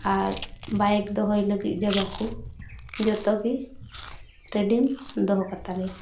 ᱟᱨ bike ᱫᱚᱦᱚᱭ ᱞᱟᱹᱜᱤᱫ ᱡᱟᱭᱜᱟ ᱠᱚ ᱡᱚᱛᱚᱜᱮ ᱨᱮᱰᱤᱢ ᱫᱚᱦᱚ ᱠᱟᱛᱟ ᱞᱮᱭᱟ